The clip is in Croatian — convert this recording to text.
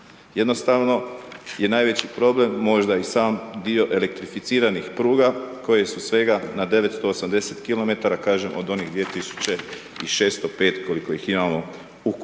Jednostavno je najveći problem možda i sam dio elektrificiranih pruga koje su svega na 980 km, od onih 2605 koliko ih imamo ukupno.